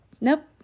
nope